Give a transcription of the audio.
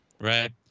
right